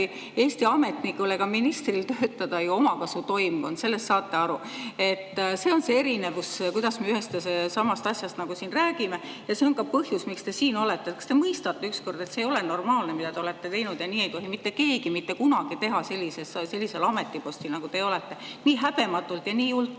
Eesti ametnikul ega ministril töötada omakasutoimkond, sellest saate ju aru. Selles seisneb see erinevus, kuidas me ühest ja samast asjast siin räägime, ja see on ka põhjus, miks te siin olete. Kas te mõistate ükskord, et see ei ole normaalne, mida te olete teinud, ja et nii ei tohi mitte keegi mitte kunagi teha sellisel ametipostil, nagu teie olete, nii häbematult ja nii jultunult?